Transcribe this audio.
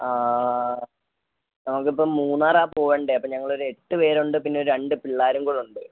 ആ നമുക്ക് ഇപ്പം മൂന്നാറാണ് പോകേണ്ടത് അപ്പോൾ ഞങ്ങളൊരു എട്ട് പേരുണ്ട് പിന്നെ രണ്ടു പിള്ളേരും കൂടെ ഉണ്ട്